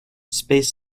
space